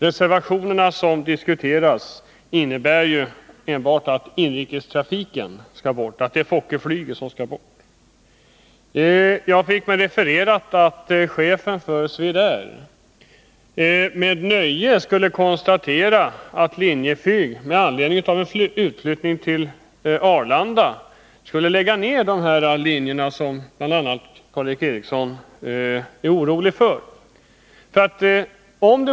Reservationerna, som diskuteras i dag, innebär enbart att Fokkerplanen skall bort från Bromma. Det har uppgivits för mig att chefen för Swedair med nöje skulle hälsa att Linjeflyg med anledning av en utflyttning till Arlanda skulle lägga ned de linjer som bl.a. Karl Erik Eriksson är orolig för.